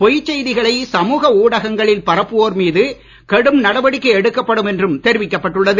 பொய்ச் செய்திகளை சமுக ஊடகங்களில் பரப்புவோர் மீது கடும் நடவடிக்கை எடுக்கப்படும் என்றும் தெரிவிக்கப்பட்டுள்ளது